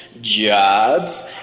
jobs